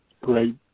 Great